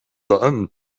done